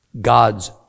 God's